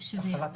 שזה יטופל.